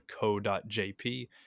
co.jp